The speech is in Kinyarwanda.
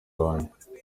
wanjye